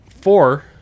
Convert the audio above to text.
four